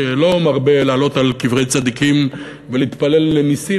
שלא מרבה לעלות על קברי צדיקים ולהתפלל לנסים,